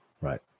Right